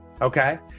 Okay